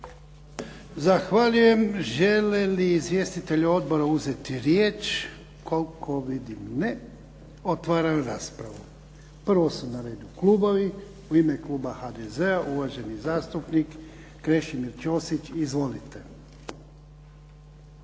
Zahvaljujem. Žele li izvjestitelji odbora uzeti riječ? Koliko vidim ne. Otvaram raspravu. Prvo su na redu klubovi. U ime kluba HDZ-a uvaženi zastupnik Krešimir Ćosić. Izvolite.